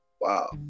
Wow